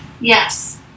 Yes